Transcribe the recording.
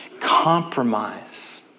Compromise